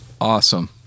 awesome